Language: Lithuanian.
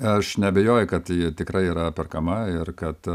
aš neabejoju kad ji tikrai yra perkama ir kad